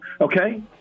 okay